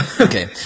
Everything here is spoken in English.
Okay